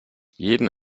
jeden